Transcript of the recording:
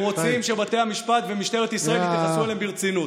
רוצים שבתי המשפט ומשטרת ישראל יתייחסו אליהם ברצינות.